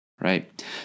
Right